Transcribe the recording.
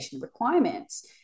requirements